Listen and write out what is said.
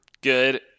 Good